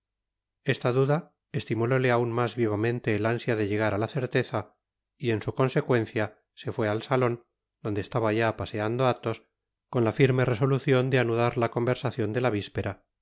esta duda estimulóle aun mas vivamente el ansia de llegar a la certeza y en su consecuencia se fué al salon donde estaba ya paseando athos con la firme resolucion de anudar la conversacion de la víspera